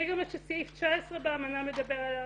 זה גם מה שסעיף 19 באמנה מדבר עליו,